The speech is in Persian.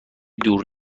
دور